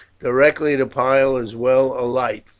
directly the pile is well alight,